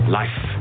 life